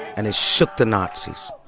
and it shook the nazis.